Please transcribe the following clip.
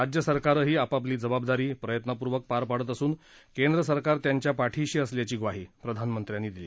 राज्य सरकारंही आपापली जबाबदारी प्रयत्नपूर्वक पार पाडत असून केंद्र सरकार त्यांच्या पाठीशी असल्याची ग्वाही प्रधानमंत्र्यांनी दिली